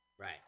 Right